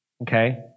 Okay